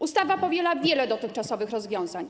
Ustawa powiela wiele dotychczasowych rozwiązań.